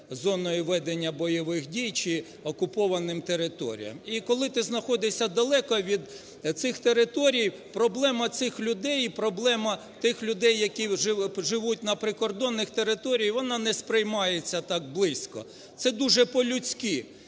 зоною ведення бойових дій чи окупованим територіям. І коли ти знаходишся далеко від цих територій, проблема цих людей і проблеми тих людей, які живуть на прикордонних територіях вона не сприймається так близько. Це дуже по людські